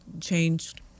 changed